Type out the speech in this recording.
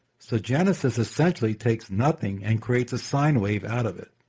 so genesis essentially takes nothing and creates a sine wave out of it.